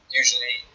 usually